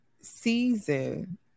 season